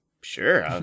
sure